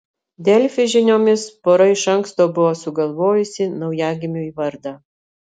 delfi žiniomis pora iš anksto buvo sugalvojusi naujagimiui vardą